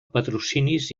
patrocinis